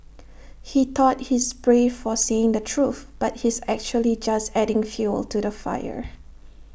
he thought he's brave for saying the truth but he's actually just adding fuel to the fire